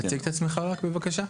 תציג את עצמך רק, בבקשה.